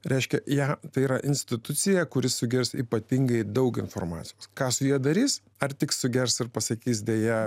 reiškia ją tai yra institucija kuri sugers ypatingai daug informacijos ką su ja darys ar tik sugers ir pasakys deja